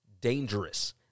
dangerous